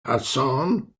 hassan